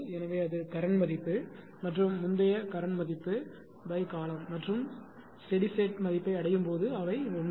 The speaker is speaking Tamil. எனவே அது கரண்ட் மதிப்பு மற்றும் முந்தைய கரண்ட் மதிப்பு காலம் மற்றும் ஸ்டெடி ஸ்டேட்யை மதிப்பை அடையும் போது அவை ஒன்றே